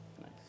nice